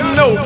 no